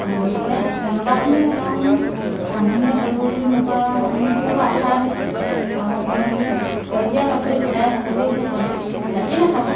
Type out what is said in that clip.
গতিকে তেনেকুৱাখিনি কাম ৰান্ধনিয়ে কৰিব বুলি মোৰ পা মোৰ ফালৰ পৰা আশা ৰাখিছো আৰু মানে কি সেউজীয়া পাচলিত সদায় সকলোৱে গুৰুত্ব দিয়ক ৰাতি নাখাব